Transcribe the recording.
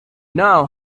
know